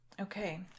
Okay